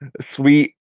Sweet